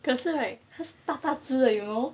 可是 right cause 大大只的 you know